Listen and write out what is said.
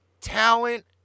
talent